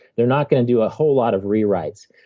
they're not going to do a whole lot of rewrites.